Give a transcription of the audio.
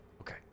Okay